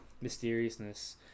mysteriousness